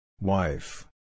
Wife